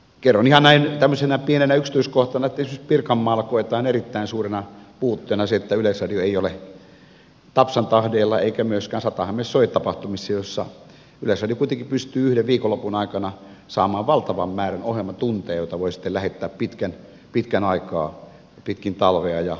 kerron ihan näin tämmöisenä pienenä yksityiskohtana että esimerkiksi pirkanmaalla koetaan erittäin suurena puutteena se että yleisradio ei ole tapsan tahdeilla eikä myöskään sata häme soi tapahtumassa joissa yleisradio kuitenkin pystyy yhden viikonlopun aikana saamaan valtavan määrän ohjelmatunteja joita voi sitten lähettää pitkän aikaa pitkin talvea